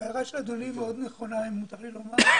ההערה של אדוני היא מאוד נכונה, אם מותר לי לומר.